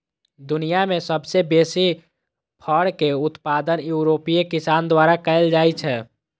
दुनिया मे सबसं बेसी फर के उत्पादन यूरोपीय किसान द्वारा कैल जाइ छै